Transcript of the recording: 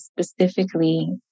specifically